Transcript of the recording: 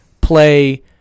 play